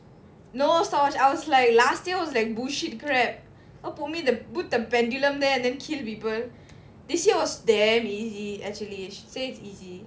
no stopwatch I was like last year was like bullshit crap don't put me the put the pendulum there and then kill people this year was damn easy actually say it's easy